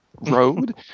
Road